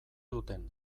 duten